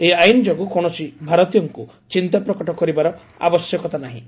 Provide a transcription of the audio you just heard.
ଏହି ଆଇନ୍ ଯୋଗୁଁ କୌଣସି ଭାରତୀୟଙ୍କୁ ଚିନ୍ତାପ୍ରକଟ କରିବାର ଆବଶ୍ୟକତା ନାହିଁ